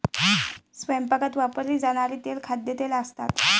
स्वयंपाकात वापरली जाणारी तेले खाद्यतेल असतात